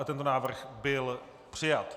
Tento návrh byl přijat.